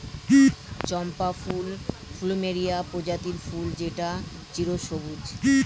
চম্পা ফুল প্লুমেরিয়া প্রজাতির ফুল যেটা চিরসবুজ